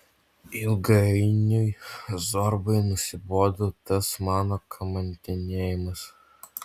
ilgainiui zorbai nusibodo tas mano kamantinėjimas